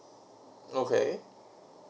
okay